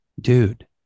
Dude